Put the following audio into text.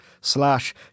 slash